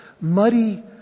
muddy